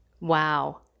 Wow